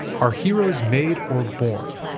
are heroes made or born?